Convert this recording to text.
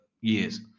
years